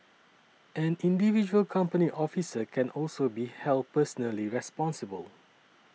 an individual company officer can also be held personally responsible